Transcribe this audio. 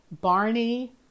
Barney